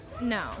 No